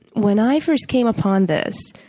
when i first came upon this,